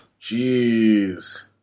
Jeez